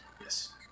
Yes